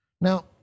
Now